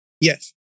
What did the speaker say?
Yes